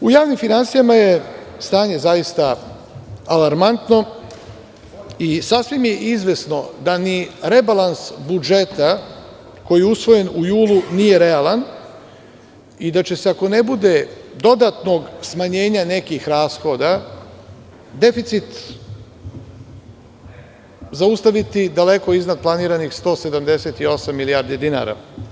U javnim finansijama je stanje zaista alarmantno i sasvim je izvesno da ni rebalans budžeta koji je usvojen u julu, nije realan i da će se ako ne bude dodatnog smanjenja nekih rashoda deficit zaustaviti daleko iznad planiranih 178 milijardi dinara.